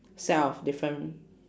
set of different